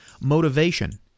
motivation